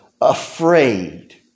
afraid